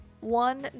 One